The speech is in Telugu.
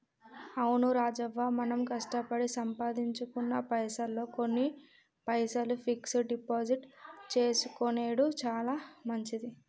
అవును రాజవ్వ మనం కష్టపడి సంపాదించుకున్న పైసల్లో కొన్ని పైసలు ఫిక్స్ డిపాజిట్ చేసుకొనెడు చాలా మంచిది